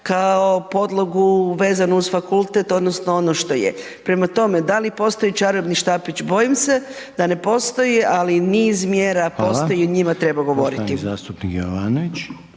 kao podlogu vezanu uz fakultet odnosno ono što je. Prema tome, da li postoji čarobni štapić, bojim se da ne postoji, ali niz mjera postoji .../Upadica